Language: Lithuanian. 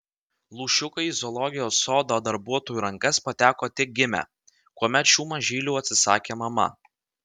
lūšiukai į zoologijos sodo darbuotojų rankas pateko tik gimę kuomet šių mažylių atsisakė mama